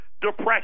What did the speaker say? depression